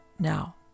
Now